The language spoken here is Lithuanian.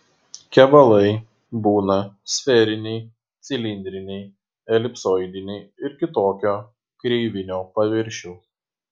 kevalai būna sferiniai cilindriniai elipsoidiniai ir kitokio kreivinio paviršiaus